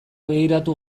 begiratu